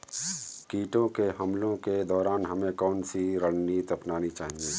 कीटों के हमलों के दौरान हमें कौन सी रणनीति अपनानी चाहिए?